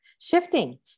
shifting